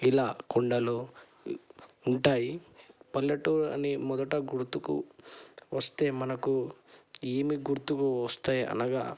ఇలా కొండలు ఉంటాయి పల్లెటూరి అని మొదట గుర్తుకు వస్తే మనకు ఏమి గుర్తుకు వస్తాయి అనగా